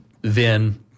then-